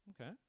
Okay